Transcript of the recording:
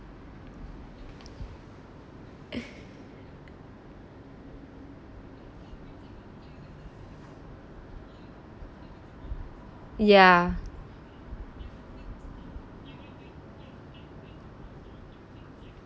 ya